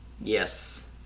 yes